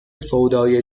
سودای